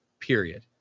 period